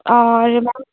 ਔਰ ਮੈਮ